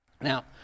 Now